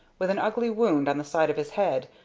with an ugly wound on the side of his head,